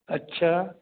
अच्छा